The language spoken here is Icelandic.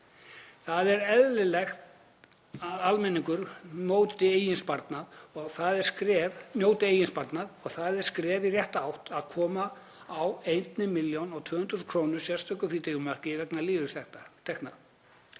Það er eðlilegt að almenningur njóti eigin sparnaðar og það er skref í rétta átt að koma á 1.200.000 kr. sérstöku frítekjumarki vegna lífeyristekna.